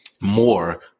more